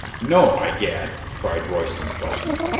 no, i'gad! cried royston, flushing.